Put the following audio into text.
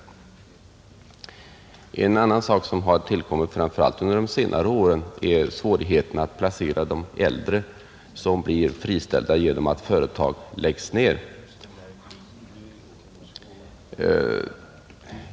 En annan omständighet som tillkommit framför allt under de senare åren är svårigheten att placera de äldre personer som blir friställda genom att företag läggs ned.